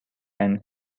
and